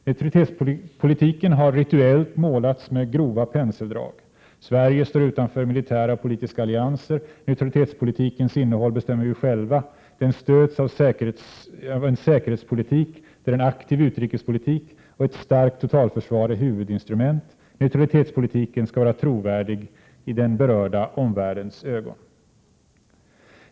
Neutralitetspolitiken har rituellt målats med grova penseldrag: Sverige står utanför militära och politiska allianser. Neutralitetspolitikens innehåll bestämmer vi själva. Den stöds av en säkerhetspolitik där en aktiv utrikespolitik och ett starkt totalförsvar är huvudinstrument. Neutralitetspolitiken skall vara trovärdig i den berörda omvärldens ögon.